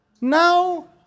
Now